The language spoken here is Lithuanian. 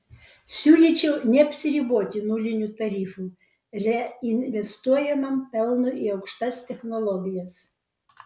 siūlyčiau neapsiriboti nuliniu tarifu reinvestuojamam pelnui į aukštas technologijas